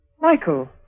Michael